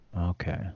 okay